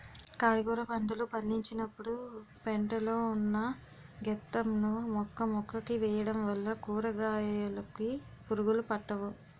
కాయగుర పంటలు పండించినపుడు పెంట లో ఉన్న గెత్తం ను మొక్కమొక్కకి వేయడం వల్ల కూరకాయలుకి పురుగులు పట్టవు